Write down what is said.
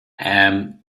ähm